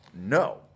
no